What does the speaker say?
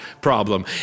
problem